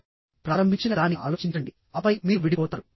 మీరు దానిని ప్రారంభించిన విధానం గురించి ఆలోచించండి ఆపై మీరు విడిపోతారు